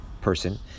person